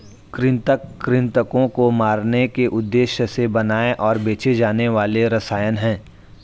कृंतक कृन्तकों को मारने के उद्देश्य से बनाए और बेचे जाने वाले रसायन हैं